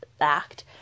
act